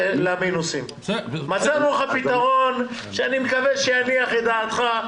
ואני מקווה שהוא יניח את דעתך.